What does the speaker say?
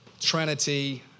Trinity